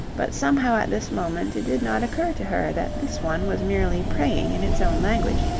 but somehow at this moment it did not occur to her that this one was merely praying in its own language,